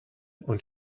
und